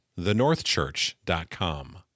thenorthchurch.com